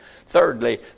Thirdly